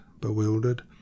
bewildered